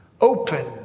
open